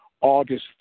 August